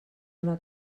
una